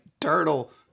turtle